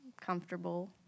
comfortable